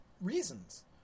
reasons